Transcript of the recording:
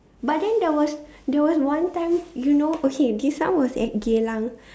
but then there was there was one time you know okay this one was at Geylang